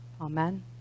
Amen